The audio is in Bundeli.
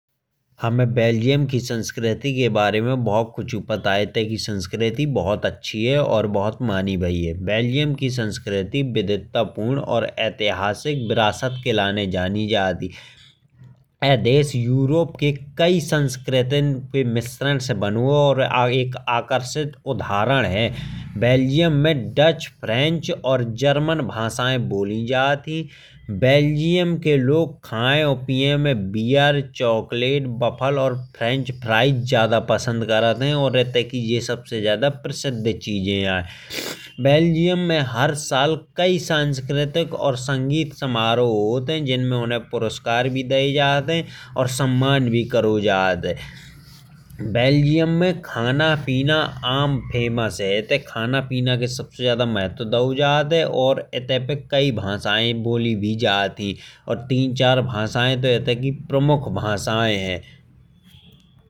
हमें बेल्जियम की संस्कृति के बारे में बहुत कुछ पता है। इत्ते की संस्कृति बहुत अच्छी है और बहुत मानी भाई है। बेल्जियम की संस्कृति विविधता पूर्ण और ऐतिहासिक विरासत के लिए जानी जाती है। यह देश यूरोप के कई सांस्कृतिक मिश्रण से बनो भावो है। और यहाँ का आकर्षण का उदाहरण है। बेल्जियम में डच भाषा और जर्मन भाषाएँ बोली जाती हैं। बेल्जियम के लोग खायें पियें में बियर चॉकलेट बफ़र और फ्रेंच फ्राइज ज्यादा पसंद करत हैं। और इत्ते की यह सबसे ज्यादा प्रसिद्ध चीज़े आएं। बेल्जियम में हर साल कई सांस्कृतिक और संगीत समारोह होते हैं। जिनमें उन्हें पुरस्कार भी दिए जाते हैं। और सम्मान भी करो जात है। बेल्जियम में खाना पीना आम फेमस है। इत्ते खाना पीना के सबसे ज्यादा महत्व दाओ जात है। और इत्ते पे कई भाषाएँ बोली भी जात हैं। और तीन चार भाषाएँ तो इत्ते की प्रमुख भाषाएँ हैं।